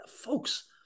Folks